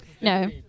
No